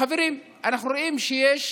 חברים, אנחנו רואים שיש